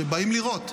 שבאים לירות.